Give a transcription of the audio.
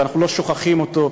ואנחנו לא שוכחים אותו,